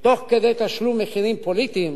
תוך כדי תשלום מחירים פוליטיים